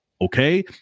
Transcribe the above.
Okay